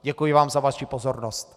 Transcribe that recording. Děkuji za vaši pozornost.